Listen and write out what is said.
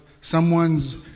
someone's